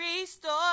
ReStore